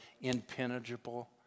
impenetrable